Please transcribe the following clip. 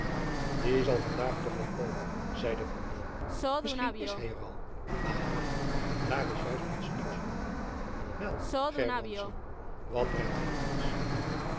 die zal van daag toch wel komen zeide verhoef misschien is hy er al aha daar is juist onze nieuwsbode wel gerbrandsz wat brengt gy ons